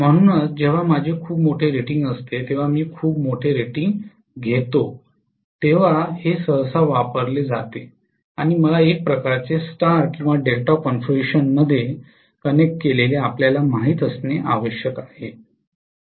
म्हणूनच जेव्हा माझे खूप मोठे रेटिंग असते तेव्हा मी खूप मोठे रेटिंग घेते तेव्हा हे सहसा वापरले जाते आणि मला एक प्रकारचे स्टार किंवा डेल्टा कॉन्फिगरेशनमध्ये कनेक्ट केलेले आपल्याला माहित असणे आवश्यक आहे